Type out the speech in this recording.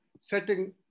setting